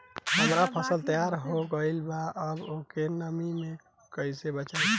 हमार फसल तैयार हो गएल बा अब ओके नमी से कइसे बचाई?